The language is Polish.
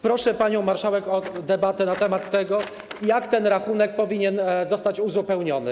Proszę panią marszałek o debatę na temat tego, jak ten rachunek powinien zostać uzupełniony.